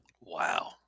Wow